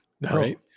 right